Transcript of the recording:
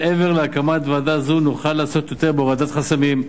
מעבר להקמת ועדה זו נוכל לעשות יותר בהורדת חסמים,